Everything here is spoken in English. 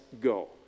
go